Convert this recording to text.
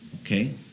Okay